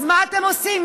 אז מה אתם עושים?